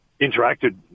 interacted